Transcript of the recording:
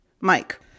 Mike